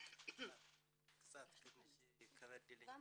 שאלנו אותו מתי רושמים את הדירה